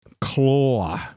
claw